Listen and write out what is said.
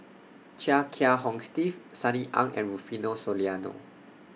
Chia Kiah Hong Steve Sunny Ang and Rufino Soliano